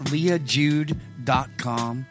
LeahJude.com